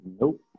Nope